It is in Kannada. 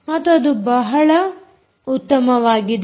ಮತ್ತು ಅದು ಬಹಳ ಉತ್ತಮವಾಗಿದೆ